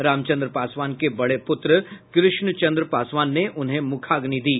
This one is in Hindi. रामचंद्र पासवान के बड़े पुत्र कृष्ण चंद्र पासवान ने उन्हें मुखाग्नि दी